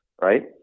right